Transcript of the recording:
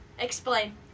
Explain